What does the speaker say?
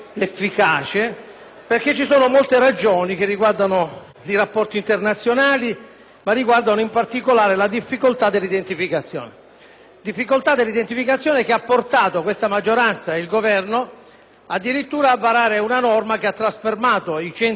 difficoltà dell'identificazione, difficoltà che ha portato questa maggioranza e il Governo addirittura a varare una norma che ha trasformato i centri di permanenza temporanea in centri di identificazione ed espulsione, con la possibilità, al limite dell'assurdo, di una detenzione amministrativa di un anno e mezzo.